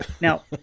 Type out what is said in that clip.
Now